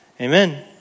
Amen